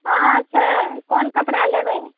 हाँ छै कोन कपड़ा लेबय